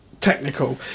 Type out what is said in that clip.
technical